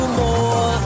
more